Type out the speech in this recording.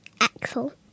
Axel